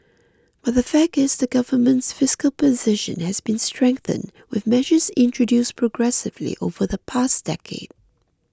but the fact is the government's fiscal position has been strengthened with measures introduced progressively over the past decade